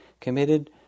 committed